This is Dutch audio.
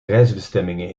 reisbestemmingen